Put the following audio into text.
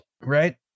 right